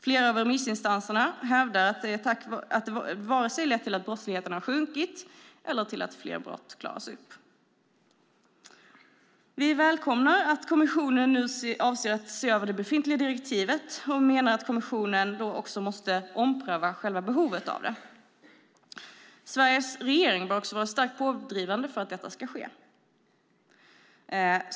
Flera av remissinstanserna hävdar att det varken lett till att brottsligheten sjunkit eller till att fler brott klaras upp. Vi välkomnar att kommissionen nu avser att se över det befintliga direktivet, och vi menar att kommissionen då också måste ompröva behovet av det. Sveriges regering bör vara starkt pådrivande för att detta ska ske.